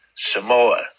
Samoa